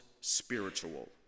spiritual